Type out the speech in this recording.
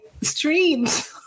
streams